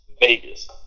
Vegas